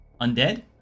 undead